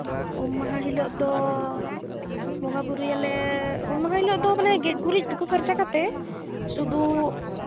ᱩᱢ ᱢᱟᱦᱟ ᱦᱤᱞᱳᱜ ᱫᱚ ᱵᱚᱸᱜᱟ ᱵᱩᱨᱩᱭᱟᱞᱮ ᱩᱢ ᱢᱟᱦᱟ ᱦᱤᱞᱳᱜ ᱫᱚ ᱢᱟᱱᱮ ᱜᱮᱡ ᱜᱩᱨᱤᱡ ᱛᱩᱯᱩ ᱯᱷᱟᱨᱪᱟ ᱠᱟᱛᱮ ᱥᱩᱫᱩ